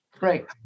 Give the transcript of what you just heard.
Right